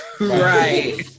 Right